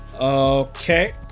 Okay